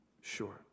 Sure